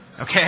Okay